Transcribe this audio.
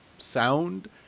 sound